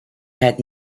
had